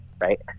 right